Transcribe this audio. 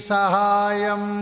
Sahayam